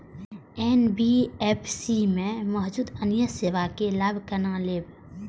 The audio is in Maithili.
एन.बी.एफ.सी में मौजूद अन्य सेवा के लाभ केना लैब?